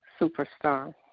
Superstar